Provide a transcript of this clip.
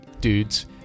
dudes